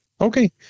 Okay